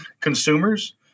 consumers